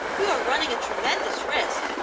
you are running a tremendous risk.